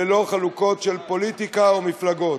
ללא חלוקות של פוליטיקה או מפלגות.